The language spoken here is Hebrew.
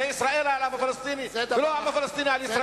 זה ישראל על הפלסטינים ולא העם הפלסטיני על ישראל.